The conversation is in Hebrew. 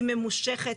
היא ממושכת.